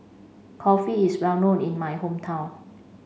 Kulfi is well known in my hometown